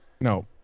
No